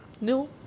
No